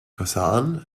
versahen